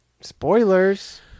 spoilers